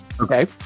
Okay